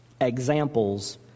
examples